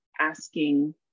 asking